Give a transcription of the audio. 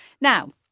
Now